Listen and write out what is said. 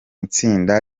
itsinda